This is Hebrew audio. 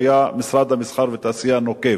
שמשרד המסחר והתעשייה נקב.